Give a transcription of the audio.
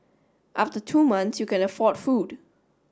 after two month you can afford food